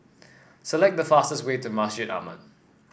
select the fastest way to Masjid Ahmad